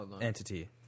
entity